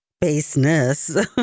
baseness